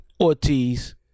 Ortiz